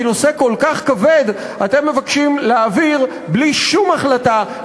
כי נושא כל כך כבד אתם מבקשים להעביר בלי שום החלטה,